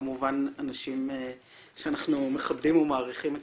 כמובן אנשים שאנחנו מכבדים ומעריכים את